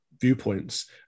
viewpoints